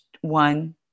one